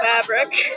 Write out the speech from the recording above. fabric